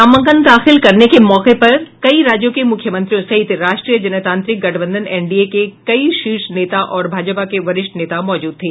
नामांकन दाखिल करने के मौके पर कई राज्यों के मुख्यमंत्रियों सहित राष्ट्रीय जनतांत्रिक गठबंधन एनडीए के कई शीर्ष नेता और भाजपा के वरिष्ठ नेता मौजूद थे